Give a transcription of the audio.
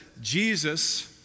Jesus